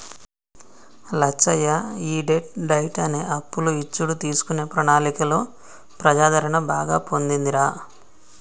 లచ్చయ్య ఈ debt diet అనే అప్పులు ఇచ్చుడు తీసుకునే ప్రణాళికలో ప్రజాదరణ బాగా పొందిందిరా